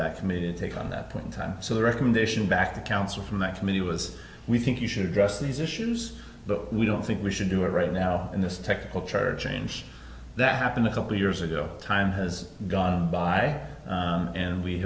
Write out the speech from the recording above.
that committed take on that point in time so the recommendation back to council from that committee was we think you should address these issues but we don't think we should do it right now in this technical church change that happened a couple years ago time has gone by and we